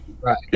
Right